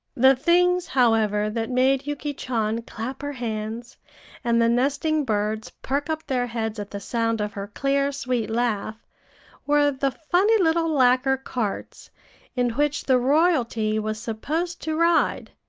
the things, however, that made yuki chan clap her hands and the nesting birds perk up their heads at the sound of her clear, sweet laugh were the funny little lacquer carts in which the royalty was supposed to ride,